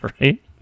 right